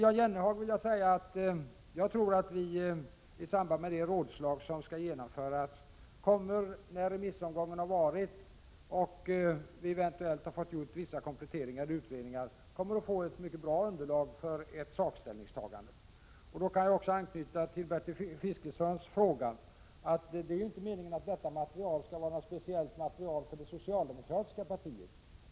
Jag tror, Jan Jennehag, att vi i samband med det rådslag som skall genomföras efter remissomgången, och när vi eventuellt har fått göra vissa kompletterande utredningar, kommer att få ett mycket bra underlag för ett ställningstagande i sak. Jag kan också anknyta till Bertil Fiskesjös fråga. Det är inte meningen att detta material skall vara något speciellt för det socialdemokratiska partiet.